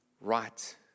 right